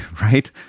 right